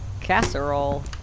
casserole